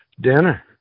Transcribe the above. Dinner